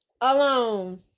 alone